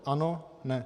Ano, ne.